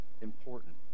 important